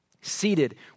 seated